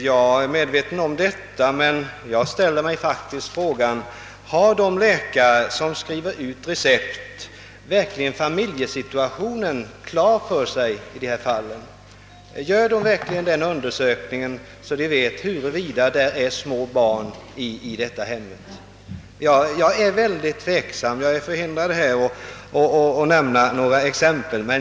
Jag känner till det, men jag ställer mig faktiskt frågan: Har de läkare som skriver ut recept verkligen familjesituationen klar för sig i dessa fall? Gör de verkligen en sådan undersökning att de vet huruvida det är små barn i ifrågavarande hem? Jag är mycket tveksam på den punkten; jag är dock förhindrad att nämna några exempel.